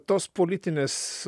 tos politinės